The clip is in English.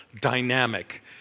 dynamic